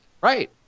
Right